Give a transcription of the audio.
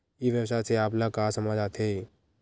ई व्यवसाय से आप ल का समझ आथे?